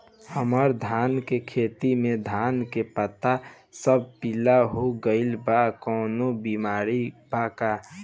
हमर धान के खेती में धान के पता सब पीला हो गेल बा कवनों बिमारी बा का?